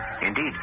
Indeed